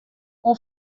oan